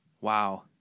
Wow